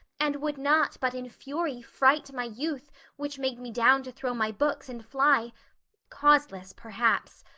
and would not, but in fury, fright my youth which made me down to throw my books, and fly causeless, perhaps.